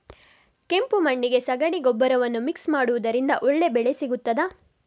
ಕೆಂಪು ಮಣ್ಣಿಗೆ ಸಗಣಿ ಗೊಬ್ಬರವನ್ನು ಮಿಕ್ಸ್ ಮಾಡುವುದರಿಂದ ಒಳ್ಳೆ ಬೆಳೆ ಸಿಗುತ್ತದಾ?